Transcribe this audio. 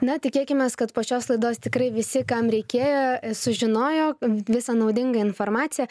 na tikėkimės kad po šios laidos tikrai visi kam reikėjo sužinojo visą naudingą informaciją